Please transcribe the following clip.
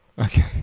Okay